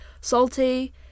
Salty